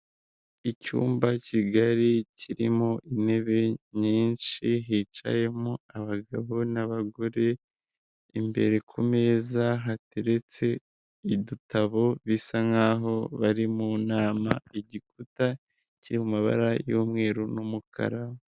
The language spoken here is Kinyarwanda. Icyumba kigari kirimo intebe nyinshi hicayemo abagabo n'abagore, imbere ku meza hateretse udutabo bisa nkaho bari mu nama igikuta kiri mu mabara y'umweru n'umukara.